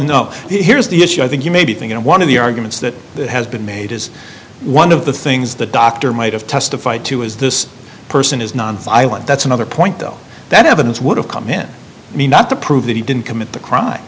no no here's the issue i think you may be thinking one of the arguments that has been made is one of the things the doctor might have testified to is this person is not violent that's another point though that evidence would have come in i mean not to prove that he didn't commit the crime